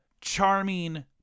charming